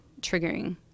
triggering